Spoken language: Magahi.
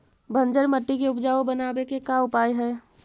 बंजर मट्टी के उपजाऊ बनाबे के का उपाय है?